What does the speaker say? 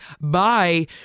bye